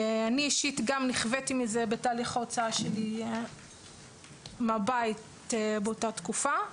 אני אישית גם נכוויתי מזה בתהליך ההוצאה שלי מהבית באותה תקופה.